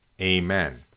Amen